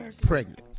pregnant